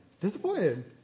Disappointed